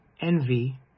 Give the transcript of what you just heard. envy